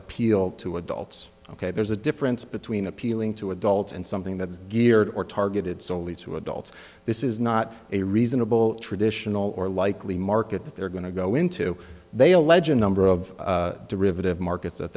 appeal to adults ok there's a difference between appealing to adults and something that is geared or targeted solely to adults this is not a reasonable traditional or likely market that they're going to go into they allege a number of derivative markets that